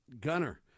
Gunner